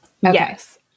Yes